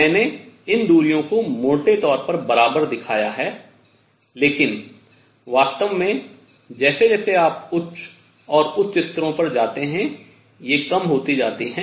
मैंने इन दूरियों को मोटे तौर पर बराबर दिखाया है लेकिन वास्तव में जैसे जैसे आप उच्च और उच्च स्तरों पर जाते हैं ये कम होती जाती हैं